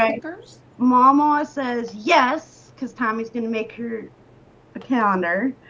haters mama says yes, cuz tommy's gonna make her a calendar